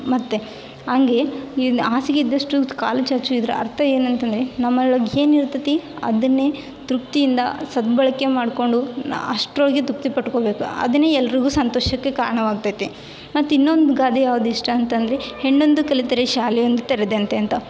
ಮತ್ತು ಹಂಗೆ ಈ ಹಾಸಿಗೆ ಇದ್ದಷ್ಟು ಕಾಲು ಚಾಚು ಇದರ ಅರ್ಥ ಏನಂತಂದರೆ ನಮ್ಮೊಳಗೆ ಏನು ಇರ್ತೈತಿ ಅದನ್ನೇ ತೃಪ್ತಿಯಿಂದ ಸದ್ಬಳಕೆ ಮಾಡಿಕೊಂಡು ಅಷ್ಟರೊಳಗೆ ತೃಪ್ತಿ ಪಟ್ಕೊಬೇಕು ಅದನ್ನೇ ಎಲ್ರಿಗೂ ಸಂತೋಷಕ್ಕೆ ಕಾರಣವಾಗ್ತೈತಿ ಮತ್ತು ಇನ್ನೊಂದು ಗಾದೆ ಯಾವ್ದು ಇಷ್ಟ ಅಂತಂದರೆ ಹೆಣ್ಣೊಂದು ಕಲಿತರೆ ಶಾಲೆಯೊಂದು ತೆರೆದಂತೆ ಅಂತ